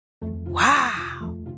Wow